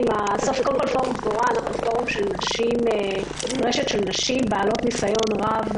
פורום דבורה הוא רשת של נשים בעלות ניסיון רב,